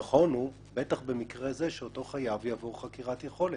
נכון הוא בטח במקרה זה שאותו חייב יעבור חקירת יכולת.